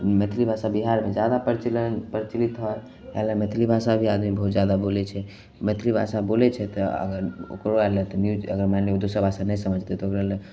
मैथिली भाषा बिहारमे जादा प्रचलन प्रचलित हइ इएहले मैथिली भाषा भी आदमी बहुत जादा बोलै छै मैथिली भाषा बोलै छै तऽ अगर ओकराले तऽ न्यूज अगर मानि लिऔ दोसर भाषा नहि समझतै तऽ ओकराले